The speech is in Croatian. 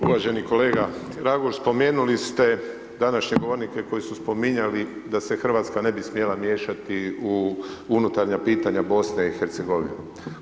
Uvaženi kolega Raguž, spomenuli ste današnje govornike koji su spominjali da se Hrvatska ne bi smjela miješati u unutarnja pitanja BiH-a.